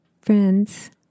friends